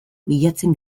bilatzen